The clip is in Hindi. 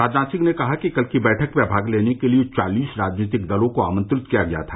राजनाथ सिंह ने कहा कि कल की बैठक में भाग लेने के लिए चालीस राजनीतिक दलों को आमंत्रित किया गया था